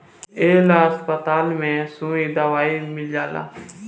ए ला अस्पताल में सुई दवाई मील जाला